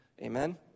amen